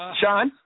sean